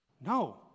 No